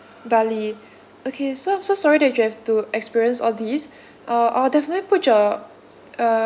bali okay so I'm so sorry that you have to experience all these uh I will definitely put your uh